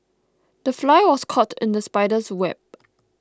the fly was caught in the spider's web